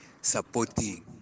supporting